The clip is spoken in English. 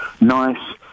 nice